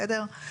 בסדר?